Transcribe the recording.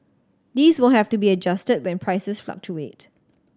these will have to be adjusted when prices fluctuate